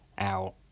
out